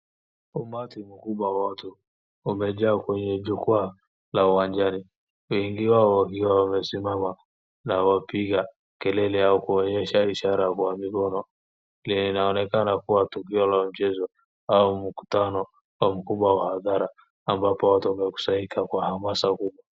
Umati mkubwa wa watu umejaa kwenye jukwaa la uwanjani. Wengi wao wakiwa wamesimama na kupiga kelele au kuonyesha ishara kwa mikono. Linaonekana kuwa tukio la mchezo au mkutano mkubwa wa hadhara, ambapo watu wamekusanyika kwa hamasa kubwa.